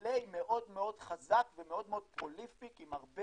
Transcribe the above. פליי, מאוד מאוד חזק ומאוד מאוד פורה עם הרבה